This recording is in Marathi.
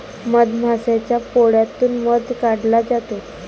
मधमाशाच्या पोळ्यातून मध काढला जातो